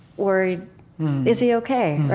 worried is he ok?